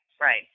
Right